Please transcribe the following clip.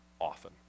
often